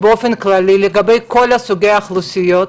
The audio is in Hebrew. באופן כללי לגבי כל סוגי האוכלוסיות,